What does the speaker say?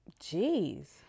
Jeez